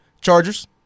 chargers